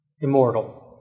immortal